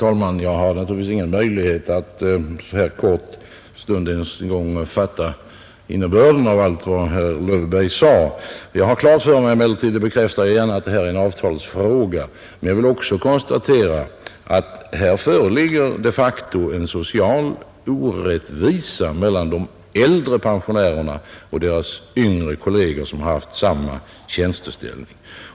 Herr talman! Det är tyvärr inte möjligt för mig att på denna korta stund fatta innebörden av allt vad herr Löfberg sade, men jag har klart för mig att detta är en avtalsfråga. Jag konstaterar emellertid att här föreligger de facto en social orättvisa mellan de äldre pensionärerna och deras yngre kolleger, som har haft samma tjänsteställning.